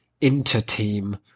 inter-team